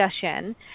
discussion